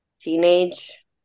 teenage